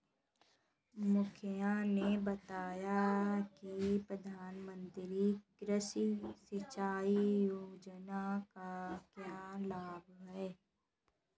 मुखिया ने बताया कि प्रधानमंत्री कृषि सिंचाई योजना का क्या लाभ है?